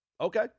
Okay